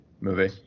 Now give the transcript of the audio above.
movie